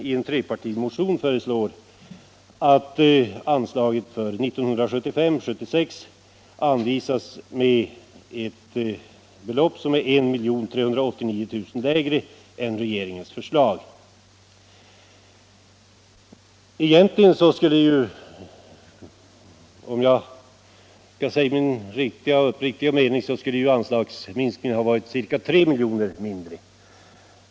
I en trepartimotion föreslår vi att riksdagen för 1975/76 anvisar ett anslag som är 1 389 000 kr. lägre än vad regeringen föreslår. Skall jag säga min uppriktiga mening så anser jag att anslagsminskningen borde ha uppgått till ca 3 miljoner.